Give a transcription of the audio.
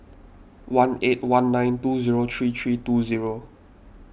one eight one nine two zero three three two zero